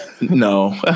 No